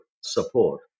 support